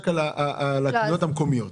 רק על הקניות המקומיות.